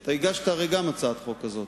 אתה הרי גם הגשת הצעת חוק כזאת,